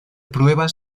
pruebas